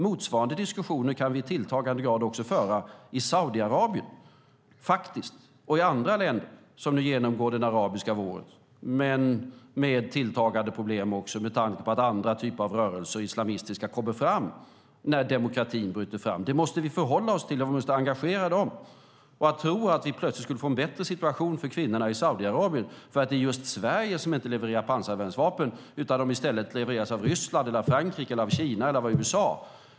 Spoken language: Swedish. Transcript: Motsvarande diskussioner kan vi faktiskt i tilltagande grad föra också i Saudiarabien och i andra länder som nu genomgår den arabiska våren, fast med tilltagande problem, med tanke på att andra typer av rörelser, islamistiska, kommer fram när demokratin bryter fram. Detta måste vi förhålla oss till, om vi ska engagera dem. Tror någon att vi plötsligt skulle få en bättre situation för kvinnorna i Saudiarabien därför att just Sverige inte levererar pansarvärnsvapen utan de i stället levereras av Ryssland, Frankrike, Kina eller USA?